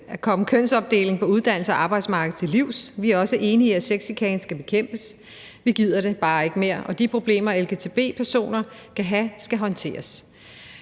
at komme kønsopdelingen på uddannelsesområdet og arbejdsmarkedet til livs. Vi er også enige i, at sexchikane skal bekæmpes. Vi gider det bare ikke mere. Og de problemer, lgbt-personer kan have, skal håndteres.